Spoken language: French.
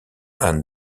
anne